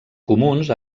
comuns